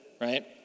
right